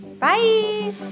Bye